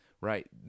right